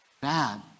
bad